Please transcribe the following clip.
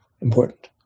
important